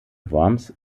worms